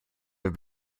have